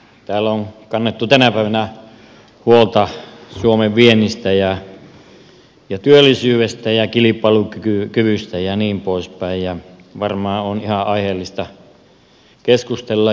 täällä on kannettu tänä päivänä huolta suomen viennistä ja työllisyydestä ja kilpailukyvystä ja niin poispäin ja varmaan on ihan aiheellista keskustella